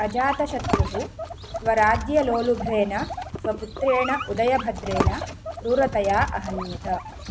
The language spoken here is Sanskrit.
अजातशत्रुः स्वराज्यलोलुभेन स्वपुत्रेण उदयभद्रेण क्रूरतया अहन्यत